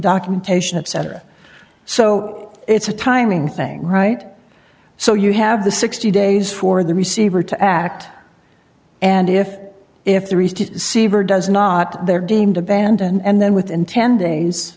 documentation etc so it's a timing thing right so you have the sixty days for the receiver to act and if if the reason seaver does not they're deemed abandoned and then within ten days